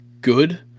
good